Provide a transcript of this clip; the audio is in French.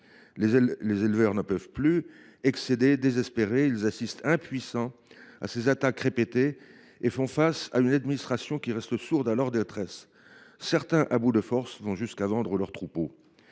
Les éleveurs n’en peuvent plus. Excédés, désespérés, ils assistent impuissants à ces attaques répétées et font face à une administration qui reste sourde à leur détresse. Certains, à bout de forces, vont jusqu’à vendre leurs troupeaux.